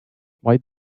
why